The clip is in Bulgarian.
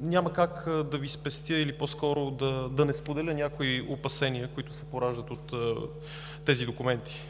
Няма как да Ви спестя или по-скоро да не споделя някои опасения, които се пораждат от тези документи.